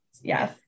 yes